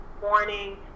morning